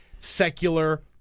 secular